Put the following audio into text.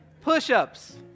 push-ups